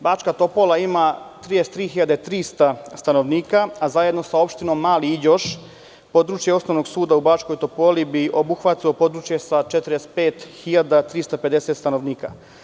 Bačka Topola ima 33.300 stanovnika, a zajedno sa opštinom Mali Iđoš, područje osnovnog suda u Bačkoj Topoli bi obuhvatilo područje sa 45.350 stanovnika.